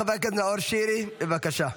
חבר הכנסת נאור שירי, בבקשה.